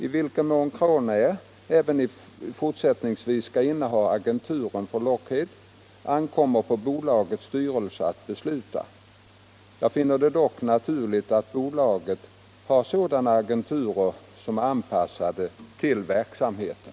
I vilken mån Crownair även fortsättningsvis skall inneha agenturen för Lockheed ankommer på bolagets styrelse att besluta. Jag finner det dock naturligt att bolaget har sådana agenturer som är anpassade till verksamheten.